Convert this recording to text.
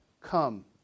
come